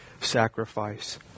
sacrifice